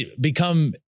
become